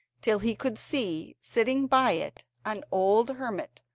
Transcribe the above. till he could see, sitting by it, an old hermit,